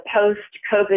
post-COVID